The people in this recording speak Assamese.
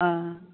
অ